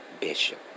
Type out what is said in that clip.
Bishop